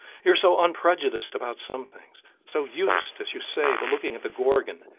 you're so unprejudiced about some things, so used, as you say, to looking at the gorgon,